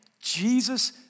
Jesus